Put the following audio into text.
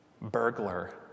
burglar